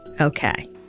Okay